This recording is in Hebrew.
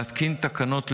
להתקין תקנות לביצועו.